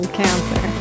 cancer